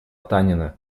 танина